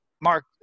Mark